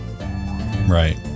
right